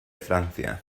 francia